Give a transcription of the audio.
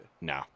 No